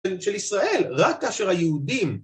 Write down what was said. של ישראל רק כאשר היהודים